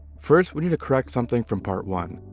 first, we need to correct something from part one.